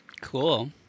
Cool